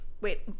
Wait